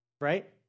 right